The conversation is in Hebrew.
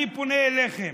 אני פונה אליכם.